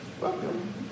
Welcome